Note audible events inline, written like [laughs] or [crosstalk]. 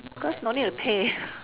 because no need to pay [laughs]